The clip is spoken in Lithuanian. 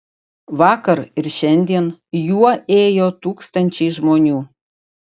vakar ir šiandien juo ėjo tūkstančiai žmonių